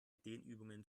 dehnübungen